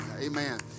amen